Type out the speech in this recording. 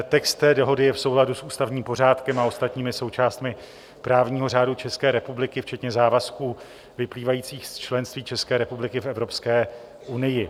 Text té dohody je v souladu s ústavním pořádkem a ostatními součástmi právního řádu České republiky včetně závazků vyplývajících z členství České republiky v Evropské unii.